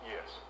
Yes